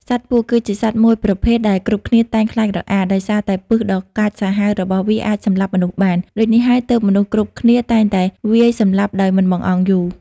សត្វពស់ គឺជាសត្វមួយប្រភេទដែលគ្រប់គ្នាតែងខ្លាចរអា ដោយសារតែពិសដ៏កាចសាហាវរបស់វាអាចសម្លាប់មនុស្សបាន ដូចនេះហើយទើបមនុស្សគ្រប់គ្នាតែងតែវាយសម្លាប់ដោយមិនបង្អង់យូរ ។